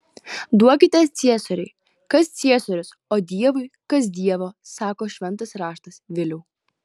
duokite ciesoriui kas ciesoriaus o dievui kas dievo sako šventas raštas viliau